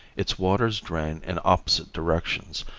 its waters drain in opposite directions,